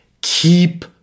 keep